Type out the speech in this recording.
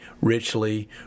richly